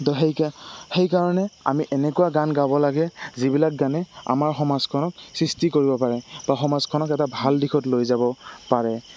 তো সেই সেইকাৰণে আমি এনেকুৱা গান গাব লাগে যিবিলাক গানে আমাৰ সমাজখনক সৃষ্টি কৰিব পাৰে বা সমাজখনক এটা ভাল দিশত লৈ যাব পাৰে